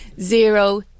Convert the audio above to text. Zero